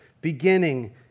beginning